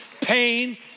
pain